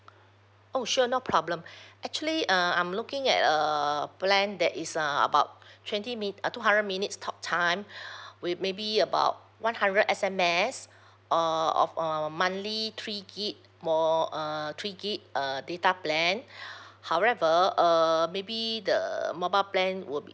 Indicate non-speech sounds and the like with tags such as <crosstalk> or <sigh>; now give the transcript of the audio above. oh sure no problem actually uh I'm looking at a plan that is uh about twenty min~ uh two hundred minutes talk time with maybe about one hundred S_M_S or of on monthly three gig mo~ err three gig err data plan <breath> however uh maybe the mobile plan would be